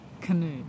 canoe